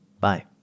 Bye